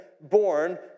born